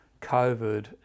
COVID